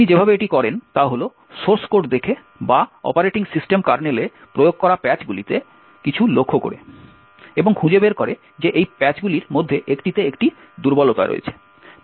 তিনি যেভাবে এটি করেন তা হল সোর্স কোড দেখে বা অপারেটিং সিস্টেম কার্নেলে প্রয়োগ করা প্যাচগুলিতে কিছু লক্ষ্য করে এবং খুঁজে বের করে যে এই প্যাচগুলির মধ্যে একটিতে একটি দুর্বলতা রয়েছে